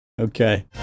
okay